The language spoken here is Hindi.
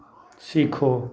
सीखो